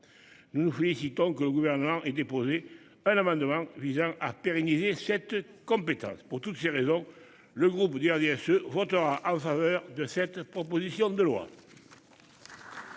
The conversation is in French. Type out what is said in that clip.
Nous nous félicitons que le gouvernement est déposé un amendement visant à pérenniser cette compétence pour toutes ces raisons, le groupe vous dire déesse votera en faveur de cette proposition de loi.